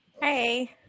Hey